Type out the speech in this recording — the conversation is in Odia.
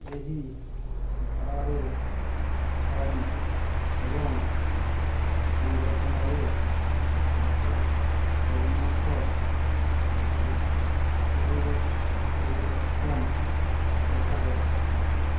ଏହି ଧାରାରେ ଫର୍ମ ଏବଂ ସଂଗଠନରେ ପ୍ରଥ ପ୍ରମୁଖ ପରିବର୍ତ୍ତନ ଦେଖାଗଲା